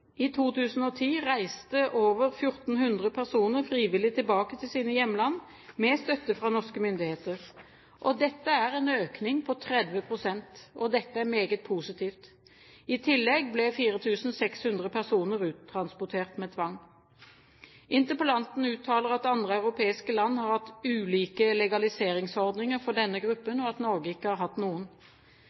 I 2010 reiste over 1 400 personer frivillig tilbake til sine hjemland med støtte fra norske myndigheter, og dette er en økning på 30 pst. Dette er meget positivt. I tillegg ble 4 600 personer uttransportert med tvang. Interpellanten uttaler at andre europeiske land har hatt ulike legaliseringsordninger for denne gruppen, og at Norge ikke har hatt noen.